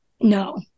No